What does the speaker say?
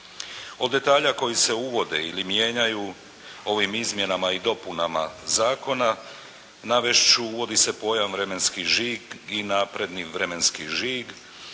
Od detalja koji se uvode ili mijenjaju ovim izmjenama i dopunama, navest ću, uvodi se pojam vremenski žig i napredni vremenski žig